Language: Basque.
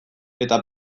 eta